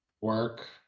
Work